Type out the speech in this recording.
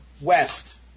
west